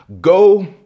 Go